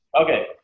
Okay